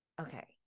Okay